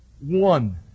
one